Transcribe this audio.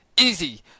Easy